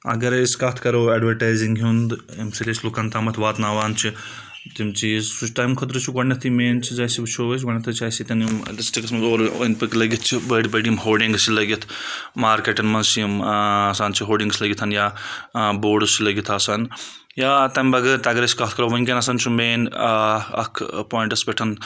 اگر أسۍ کَتھ کرو اَیٚڈوَٹایِزِنٛگ ہُنٛد اَمہِ سۭتۍ أسۍ لُکن تامَتھ واتناوان چھِ تِم چیٖز سُہ چھِ تَمہِ خٲطرٕ چھُ گۄڈنؠتھٕے مَین چیٖز اَسہِ وٕچھَو أسۍ گۄڈنؠتھٕے چھِ اَسہِ ییٚتؠن یِم ڈِسٹِرکَس منٛز اورٕ أنٛدۍ پٔکۍ لٔگِتھ چھِ بٔڑۍ بٔڑۍ یِم ہوڈِنٛگٕس چھِ لٔگِتھ مارکَٮ۪ٹَن منٛز چھِ یِم آسان چھِ ہوڈِنٛگٕس لٔگِتھ یا بوڈٕس چھِ لٔگِتھ آسان یا تمہِ بَغٲر اگر أسۍ کَتھ کَرو وٕنکؠنَس چھُ مَین اکھ پویِنٛٹَس پؠٹھ